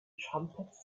trumpets